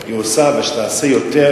היא עושה שתעשה יותר,